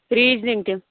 reasoning تہِ